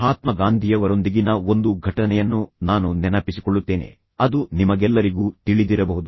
ಮಹಾತ್ಮ ಗಾಂಧಿಯವರೊಂದಿಗಿನ ಒಂದು ಘಟನೆಯನ್ನು ನಾನು ನೆನಪಿಸಿಕೊಳ್ಳುತ್ತೇನೆ ಅದು ನಿಮಗೆಲ್ಲರಿಗೂ ತಿಳಿದಿರಬಹುದು